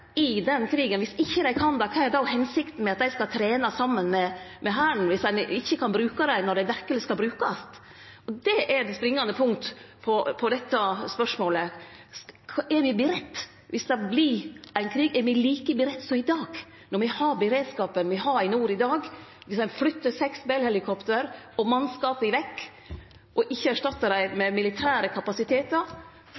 i den krigen? Om dei ikkje kan det, kva er då hensikta med at dei skal trene saman med Hæren, om ein ikkje kan bruke dei når dei verkeleg skal brukast? Det er det springande punktet i dette spørsmålet. Er me budde viss det vert ein krig? Er me like budde som i dag – med den beredskapen me har i nord i dag? Om ein flyttar seks Bell-helikopter og mannskapa vekk, og ikkje erstattar dei med militære kapasitetar, kan dei